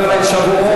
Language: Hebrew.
השר מדבר על שבועות.